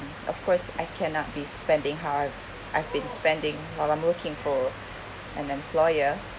of course I cannot be spending how I've been spending while I'm working for an employer